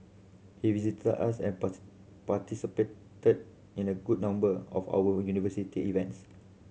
he visited us and participated in a good number of our university events